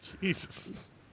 Jesus